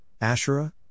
Asherah